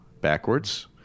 Backwards